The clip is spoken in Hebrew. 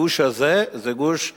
הגוש הזה זה גוש ערבים-חרדים,